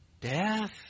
Death